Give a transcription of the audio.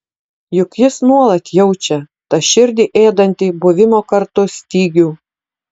juk jis nuolat jaučia tą širdį ėdantį buvimo kartu stygių